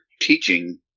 teaching